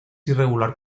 irregular